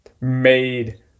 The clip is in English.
Made